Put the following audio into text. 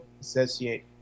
associate